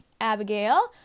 Abigail